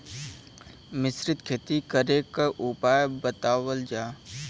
मिश्रित खेती करे क उपाय बतावल जा?